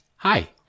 Hi